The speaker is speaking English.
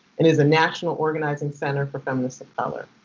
it is a national organizing center for feminists of color.